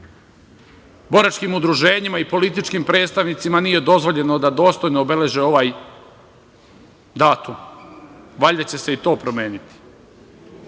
boračkim udruženjima i političkim predstavnicima nije dozvoljeno da dostojno obeleže ovaj datum. Valjda će se i to promeniti. Dosta